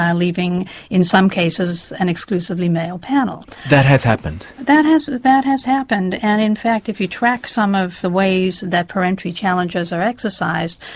leaving in some cases an exclusively male panel. that has happened? that has that has happened, and in fact if you track some of the ways that peremptory challenges are exercised,